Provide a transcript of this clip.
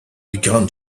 began